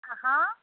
हँ